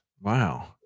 Wow